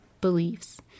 beliefs